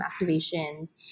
activations